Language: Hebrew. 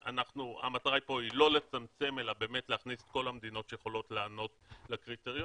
המטרה פה לא לצמצם אלא להכניס את כל המדינות שיכולות לענות לקריטריונים.